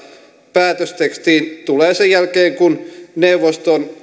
päätöstekstiin tulee sen jälkeen kun neuvosto on